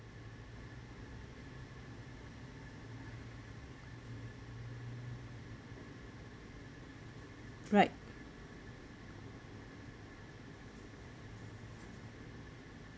right